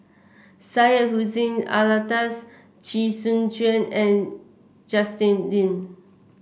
Syed Hussein Alatas Chee Soon Juan and Justin Lean